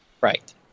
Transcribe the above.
Right